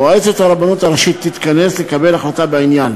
מועצת הרבנות הראשית תתכנס לקבל החלטה בעניין.